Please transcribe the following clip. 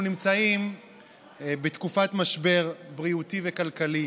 אנחנו נמצאים בתקופת משבר בריאותי וכלכלי,